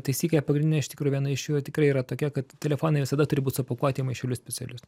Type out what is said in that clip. taisyklė pagrindinė iš tikrųjų viena iš jų va tikrai yra tokia kad telefonai visada turi būt supakuoti į maišelius specialius